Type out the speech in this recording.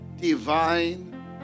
divine